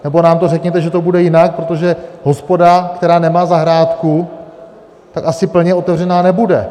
Nebo nám to řekněte, že to bude jinak, protože hospoda, která nemá zahrádku, asi plně otevřená nebude.